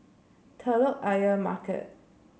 Telok Ayer Market